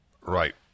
Right